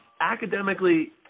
Academically